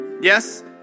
Yes